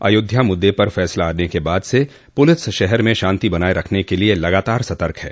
अयोध्या मुद्दे पर फैसला आने के बाद से पुलिस शहर में शांति बनाए रखने के लिए लगातार सतर्क है